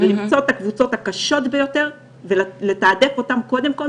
למצוא את הקבוצות הקשות ביותר ולתעדף אותם קודם כל,